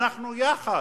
אנחנו יחד,